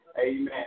Amen